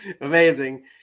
Amazing